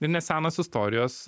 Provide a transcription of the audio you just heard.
ir nesenos istorijos